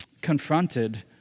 confronted